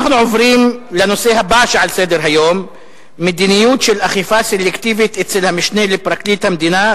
הנושא הבא: מדיניות של אכיפה סלקטיבית אצל המשנה לפרקליט המדינה,